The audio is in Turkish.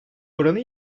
oranı